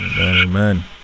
Amen